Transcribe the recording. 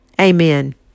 Amen